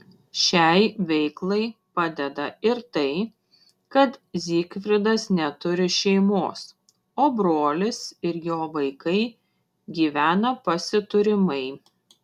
šiai veiklai padeda ir tai kad zygfridas neturi šeimos o brolis ir jo vaikai gyvena pasiturimai